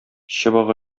чыбык